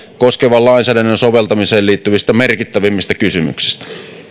koskevan lainsäädännön soveltamiseen liittyvistä merkittävimmistä kysymyksistä